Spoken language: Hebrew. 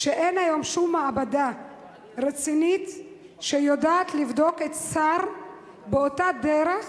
שאין היום שום מעבדה רצינית שיודעת לבדוק SAR באותה דרך,